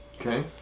Okay